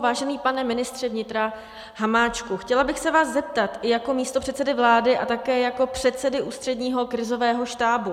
Vážený pane ministře vnitra Hamáčku, chtěla bych se vás zeptat jako místopředsedy vlády a také jako předsedy Ústředního krizového štábu.